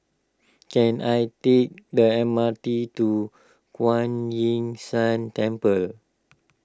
can I take the M R T to Kuan Yin San Temple